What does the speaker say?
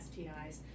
STIs